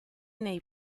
nei